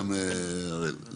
גם אוראל,